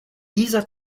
dieser